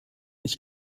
ich